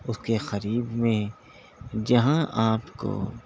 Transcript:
اس کے قریب میں جہاں آپ کو